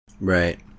right